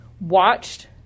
watched